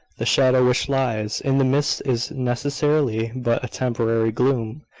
the shadow which lies in the midst is necessarily but a temporary gloom.